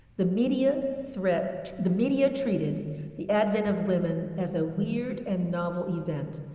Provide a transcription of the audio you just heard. the media threat, the media treated the advent of women as a weird and novel event,